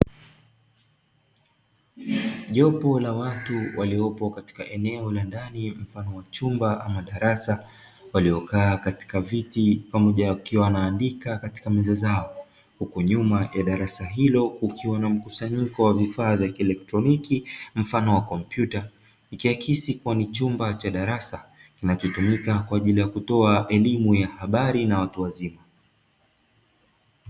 Jopo la watu waliopo katika eneo la ndani mfano wa chumba ama darasa waliokaa katika viti wakiwa wanaandika katika meza zao huku nyuma ya darasa hilo kukiwa na mkusanyiko wa vifaa vya kielektroniki mfano wa kompyuta ikiakisi kwani chumba cha darasa kinachotumika kwa ajili ya kutoa elimu ya habari na watu wazima.